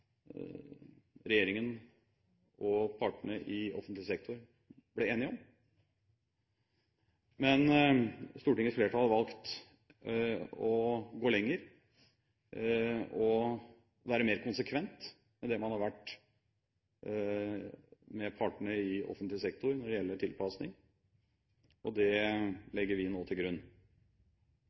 regjeringen og partene i offentlig sektor ble enige om. Men Stortingets flertall har valgt å gå lenger og være mer konsekvent enn det man har vært med partene i offentlig sektor når det gjelder tilpasning, og det legger vi nå til grunn.